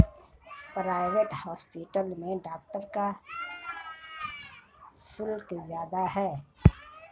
private hospital में doctor का शुल्क ज्यादा है